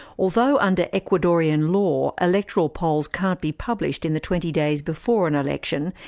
although under ecuadorian law, electoral polls can't be published in the twenty days before an election,